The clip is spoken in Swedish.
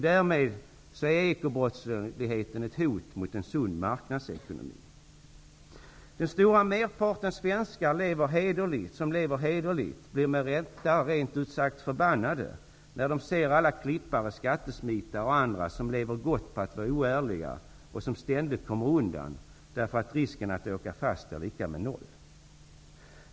Därmed är ekobrottsligheten ett hot mot en sund marknadsekonomi. Den stora merparten svenskar som lever hederligt blir med rätta rent ut sagt förbannade när de ser alla klippare, skattesmitare och andra som lever gott på att vara oärliga och som ständigt kommer undan, därför att risken att åka fast är lika med noll.